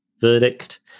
verdict